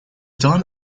don